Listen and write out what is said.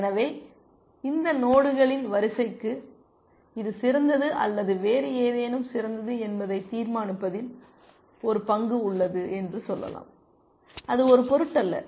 எனவே இந்த நோடுகளின் வரிசைக்கு இது சிறந்தது அல்லது வேறு ஏதேனும் சிறந்தது என்பதை தீர்மானிப்பதில் ஒரு பங்கு உள்ளது என்று சொல்லலாம்அது ஒரு பொருட்டல்ல